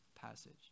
passage